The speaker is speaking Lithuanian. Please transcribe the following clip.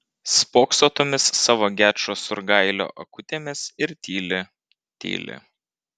spokso tomis savo gečo surgailio akutėmis ir tyli tyli